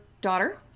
daughter